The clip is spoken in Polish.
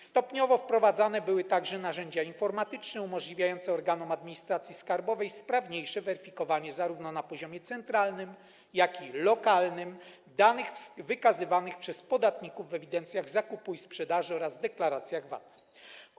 Stopniowo wprowadzane były także narzędzia informatyczne umożliwiające organom administracji skarbowej sprawniejsze weryfikowanie zarówno na poziomie centralnym, jak i lokalnym danych wykazywanych przez podatników w ewidencjach zakupu i sprzedaży oraz deklaracjach VAT.